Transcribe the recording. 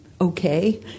okay